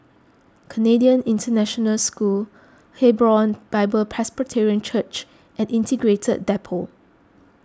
Canadian International School Hebron Bible Presbyterian Church and Integrated Depot